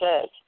says